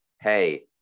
hey